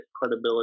credibility